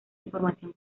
información